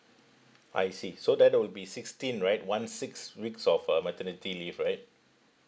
I see so that will be sixteen right one six weeks of uh maternity leave right